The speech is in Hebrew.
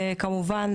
כמובן,